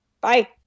bye